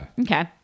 okay